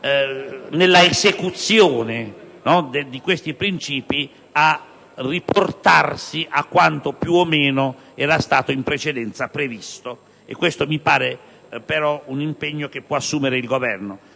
nell'esecuzione di questi principi, a riportarsi a quanto più o meno era stato in precedenza previsto. Questo è però un impegno che può assumere il Governo.